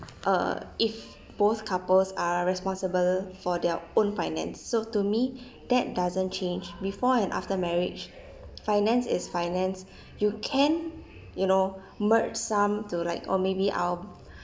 uh if both couples are responsible for their own finance so to me that doesn't change before and after marriage finance is finance you can you know merged some to like or maybe I'll